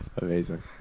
amazing